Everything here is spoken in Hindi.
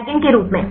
लिगैंड के रूप में